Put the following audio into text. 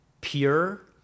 pure